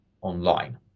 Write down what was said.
online